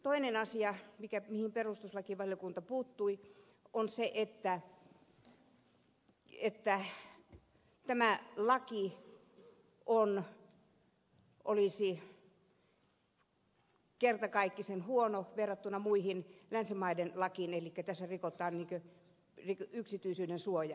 toinen asia mihin perustuslakiasiantuntijat ovat puuttuneet on se että tämä laki olisi kertakaikkisen huono verrattuna muiden länsimaiden lakeihin eli tässä rikotaan yksityisyyden suojaa